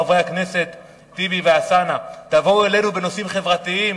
חברי הכנסת טיבי ואלסאנע: תבואו אלינו בנושאים חברתיים